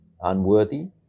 Unworthy